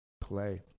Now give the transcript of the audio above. play